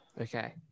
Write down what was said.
Okay